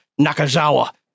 Nakazawa